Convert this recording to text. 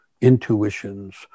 intuitions